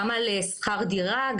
גם על שכר דירה,